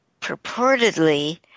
purportedly